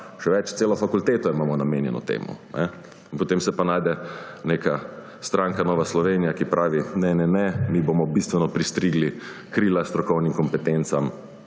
Še več, celo fakulteto imamo namenjeno temu. Potem se pa najde neka stranka, Nova Slovenija, ki pravi, ne ne ne, mi bomo bistveno pristrigli krila strokovnim kompetencam,